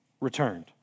returned